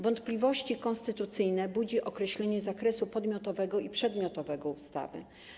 Wątpliwości konstytucyjne budzi określenie zakresu podmiotowego i przedmiotowego ustawy.